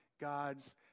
God's